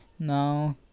Now